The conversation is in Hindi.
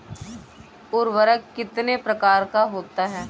उर्वरक कितने प्रकार का होता है?